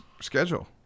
schedule